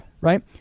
Right